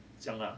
这样啦